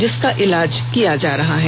जिसका इलाज किया जा रहा है